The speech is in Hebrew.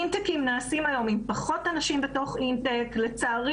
אינטייקים נעשים היום עם פחות אנשים בתוך אינטייק - לצערי